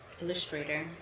illustrator